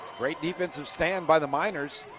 great defensive stand by the miners.